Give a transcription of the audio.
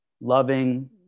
loving